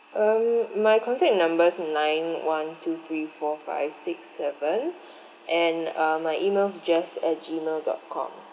um my contact number's nine one two three four five six seven and uh my email's jess at G mail dot com